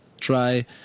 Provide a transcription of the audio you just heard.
try